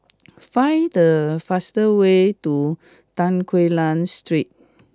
find the fast way to Tan Quee Lan Street